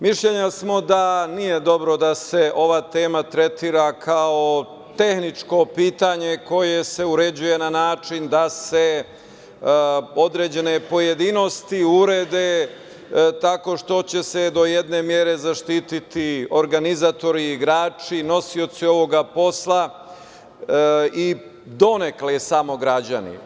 Mišljenja smo da nije dobro da se ova tema tretira kao tehničko pitanje koje se uređuje na način da se određene pojedinosti urede tako što će se do jedne mere zaštiti organizatori, igrači, nosioci ovoga posla i donekle samo građani.